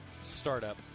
startup